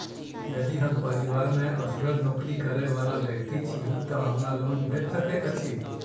यदि हम परिवार मे असगर नौकरी करै वला व्यक्ति छी तऽ हमरा लोन भेट सकैत अछि?